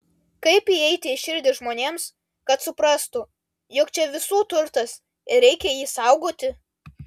kaip įeiti į širdį žmonėms kad suprastų jog čia visų turtas ir reikia jį saugoti